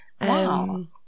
Wow